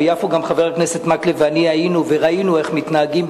חבר הכנסת מקלב ואני היינו ביפו וראינו איך מתנהגים,